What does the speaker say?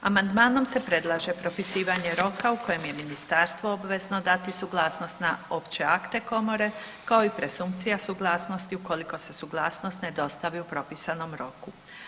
Amandmanom se predlaže propisivanje roka u kojem je ministarstvo obvezno dati suglasnost na opće akte komore kao i presumpcija suglasnosti ukoliko se suglasnost ne dostavi u propisanom roku.